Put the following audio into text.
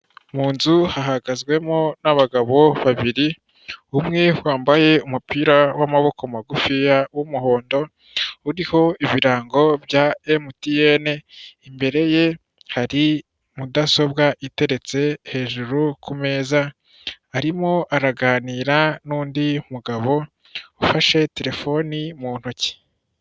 Mu nzu hahagazwemo abagabo babiri, umwe wambaye umupira w'amaboko magufiya w'umuhondo, uriho ibirango bya MTN. Imbere ye hari mudasobwa iteretse hejuru ku meza; arimo araganira n'undi mugabo ufashe terefone mu ntoki.